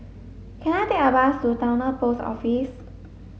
can I take a bus to Towner Post Office